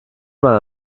mal